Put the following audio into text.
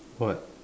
what